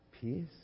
peace